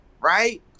right